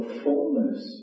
fullness